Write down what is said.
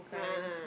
a'ah a'ah